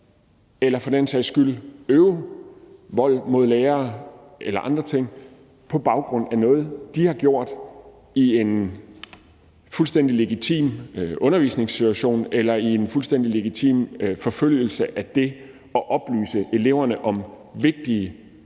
eller for den sags skyld øve vold mod lærere eller gøre lignende ting på baggrund af noget, de har gjort i en fuldstændig legitim undervisningssituation eller i en fuldstændig legitim forfølgelse af det at oplyse eleverne om vigtige